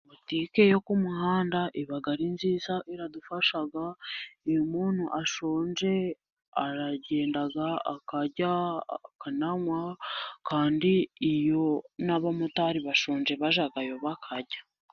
Butike yo ku muhanda iba ari nziza, iradufasha, iyo umuntu ashonje aragenda akarya, akananywa, kandi n'iyo n'abamotari bashonje bajyayo bakarya.